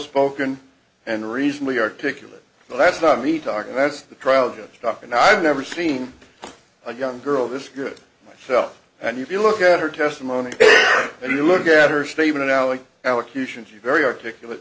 spoken and reasonably articulate but that's not me talking that's the trial to talk and i've never seen a young girl this good myself and if you look at her testimony and you look at her statement now in elocution she's very articulate